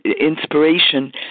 inspiration